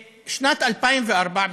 בשנת 2004,